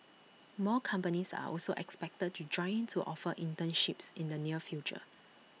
more companies are also expected to join in to offer internships in the near future